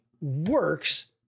works